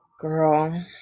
Girl